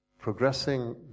progressing